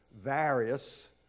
various